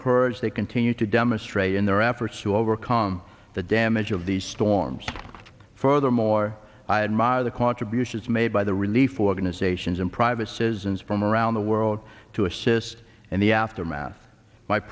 courage they continue to demonstrate in their efforts to overcome the damage of these storms furthermore i admire the contributions made by the relief organizations and private citizens from around the world to assist in the aftermath my